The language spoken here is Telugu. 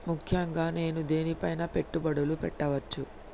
ముఖ్యంగా నేను దేని పైనా పెట్టుబడులు పెట్టవచ్చు?